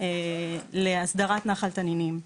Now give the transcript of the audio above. להסדרת נחל תנינים,